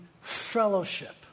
fellowship